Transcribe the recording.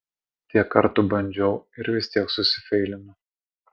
tiek kartų bandžiau ir vis tiek susifeilinu